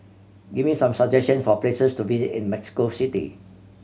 give me some suggestion for places to visit in Mexico City